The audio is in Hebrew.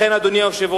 לכן, אדוני היושב-ראש,